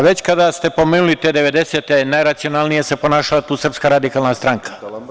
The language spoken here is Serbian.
Već kada ste pomenuli te devedesete, najracionalnije se tu ponašala Srpska radikalna stranka.